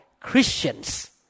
Christians